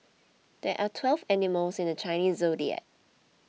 there are twelve animals in the Chinese zodiac